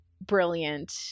brilliant